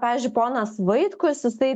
pavyzdžiui ponas vaitkus jisai